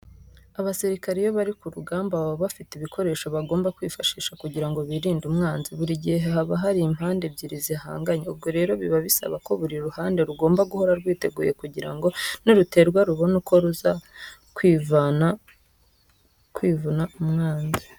Abasirikare iyo bari ku rugamba baba bafite ibikoresho bagomba kwifashisha kugira ngo birinde umwanzi. Buri gihe haba hari impande ebyiri zihanganye, ubwo rero biba bisaba ko buri ruhande rugomba guhora rwiteguye kugira ngo niruterwa rubone uko ruza kwivuna umwanzi.